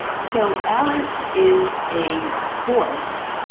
so alice is a force,